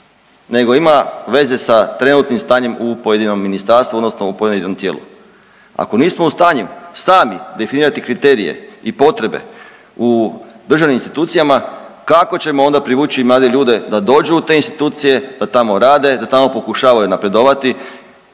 nego ima veze sa trenutnim stanjem u pojedinom ministarstvu odnosno u pojedinom tijelu. Ako nismo u stanju sami definirati kriterije i potrebe u državnim institucijama kako ćemo onda privući mlade ljude da dođu te institucije, da tamo rade, da tamo pokušavaju napredovati